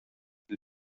dil